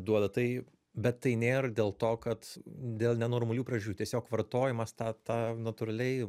duoda tai bet tai nėr dėl to kad dėl nenormalių priežasčių tiesiog vartojimas tą tą natūraliai